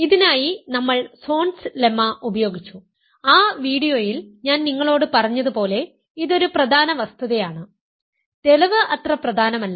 ഇതിനായി നമ്മൾ Zorn's lemma ഉപയോഗിച്ചു ആ വീഡിയോയിൽ ഞാൻ നിങ്ങളോട് പറഞ്ഞതുപോലെ ഇത് ഒരു പ്രധാന വസ്തുതയാണ് തെളിവ് അത്ര പ്രധാനമല്ല